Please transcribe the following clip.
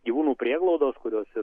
gyvūnų prieglaudos kuriose